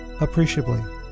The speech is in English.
appreciably